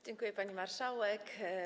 Dziękuję, pani marszałek.